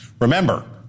Remember